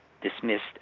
dismissed